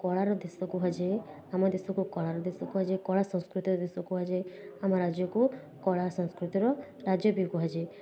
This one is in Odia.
କଳାର ଦେଶ କୁହାଯାଏ ଆମ ଦେଶକୁ କଳାର ଦେଶ କୁହାଯାଏ କଳା ସଂସ୍କୃତିର ଦେଶ କୁହାଯାଏ ଆମ ରାଜ୍ୟକୁ କଳା ସଂସ୍କୃତିର ରାଜ୍ୟ ବି କୁହାଯାଏ